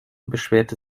beschwerte